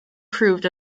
proved